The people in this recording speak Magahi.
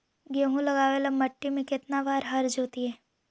गेहूं लगावेल मट्टी में केतना बार हर जोतिइयै?